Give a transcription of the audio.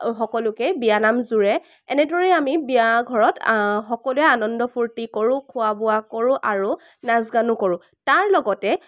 সকলোকে বিয়ানাম জোৰে এনেদৰে আমি বিয়া ঘৰত সকলোৱে আনন্দ ফূৰ্তি কৰো খোৱা বোৱা কৰো আৰু নাচ গানো কৰো তাৰ লগতে